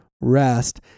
Rest